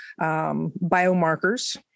biomarkers